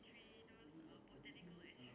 okay tea tree oil